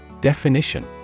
Definition